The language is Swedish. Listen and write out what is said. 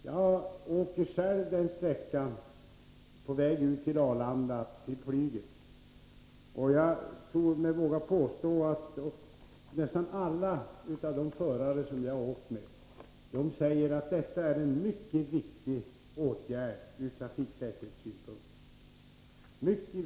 Jag åker själv den aktuella sträckan när jag är på väg ut till flyget i Arlanda. Jag vågar påstå att nästan alla förare som jag har åkt med har sagt att detta verkligen är en mycket viktig åtgärd ur trafiksäkerhetssynpunkt.